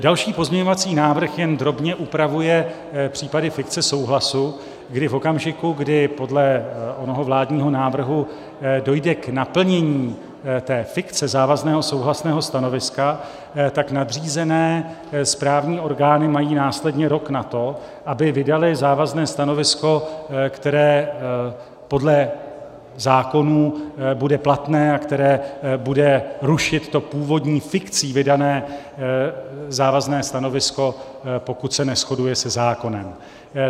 Další pozměňovací návrh jen drobně upravuje případy fikce souhlasu, kdy v okamžiku, kdy podle onoho vládního návrhu dojde k naplnění fikce závazného souhlasného stanoviska, tak nadřízené správní orgány mají následně rok na to, aby vydaly závazné stanovisko, které podle zákonů bude platné a které bude rušit to původní fikcí vydané závazné stanovisko, pokud se neshoduje se zákonem.